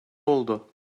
oldu